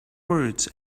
words